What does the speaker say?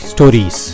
Stories